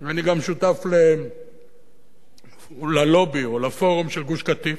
ואני גם שותף ללובי או לפורום של גוש-קטיף,